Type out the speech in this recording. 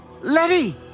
Letty